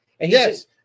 Yes